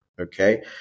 okay